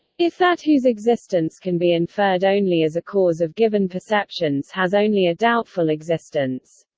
if that whose existence can be inferred only as a cause of given perceptions has only a doubtful existence.